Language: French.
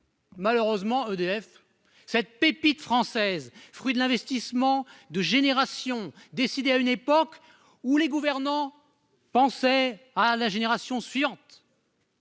Malheureusement, EDF cette pépite française, fruit de l'investissement de génération décidé, à une époque où les gouvernants pensaient à la génération suivante.